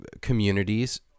communities